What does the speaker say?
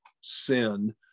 sin